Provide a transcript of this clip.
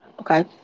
Okay